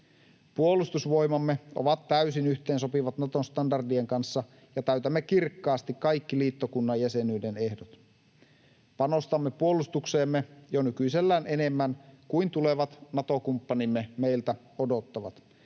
Puolustusvoimamme ovat täysin yhteensopivat Naton standardien kanssa, ja täytämme kirkkaasti kaikki liittokunnan jäsenyyden ehdot. Panostamme puolustukseemme jo nykyisellään enemmän kuin tulevat Nato-kumppanimme meiltä odottavat,